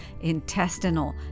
intestinal